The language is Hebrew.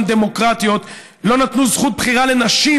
דמוקרטיות לא נתנו זכות בחירה לנשים